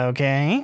Okay